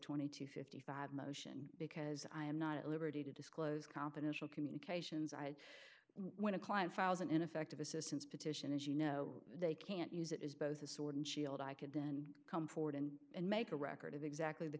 twenty to fifty five motion because i am not at liberty to disclose confidential communications i when a client files an ineffective assistance petition as you know they can't use it as both a sword and shield i could then come forward and and make a record of exactly the